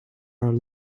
our